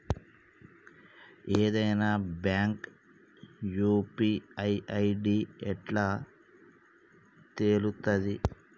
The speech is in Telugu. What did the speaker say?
ఏదైనా బ్యాంక్ యూ.పీ.ఐ ఐ.డి ఎట్లా తెలుత్తది?